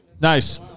Nice